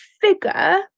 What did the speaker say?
figure